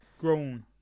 grown